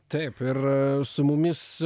taip ir su mumis